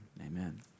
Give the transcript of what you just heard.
Amen